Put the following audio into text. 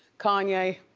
kanye,